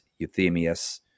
Euthemius